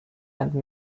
and